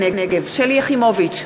נגד שלי יחימוביץ,